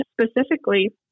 specifically